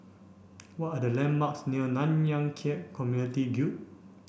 what are the landmarks near Nanyang Khek Community Guild